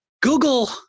Google